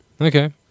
Okay